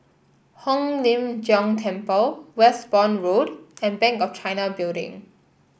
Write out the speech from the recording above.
Hong Lim Jiong Temple Westbourne Road and Bank of China Building